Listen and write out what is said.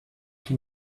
can